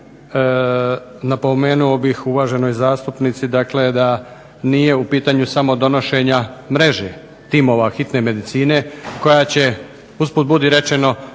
Hvala vam